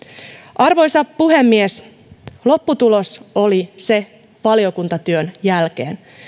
arvoisa puhemies lopputulos oli valiokuntatyön jälkeen se